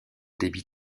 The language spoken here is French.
débit